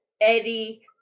Eddie